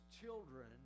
children